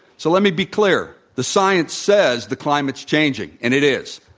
so, let me be clear. the science says the climate is changing, and it is.